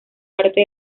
parte